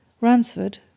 Ransford